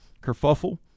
kerfuffle